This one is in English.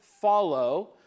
follow